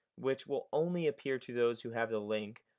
which will only appear to those who have the link,